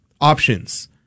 options